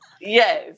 Yes